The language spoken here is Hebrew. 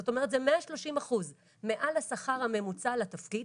זאת אומרת: זה 130 אחוז מעל השכר הממוצע לתפקיד,